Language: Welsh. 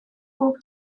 bob